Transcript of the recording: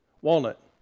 walnut